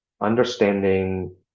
understanding